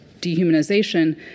dehumanization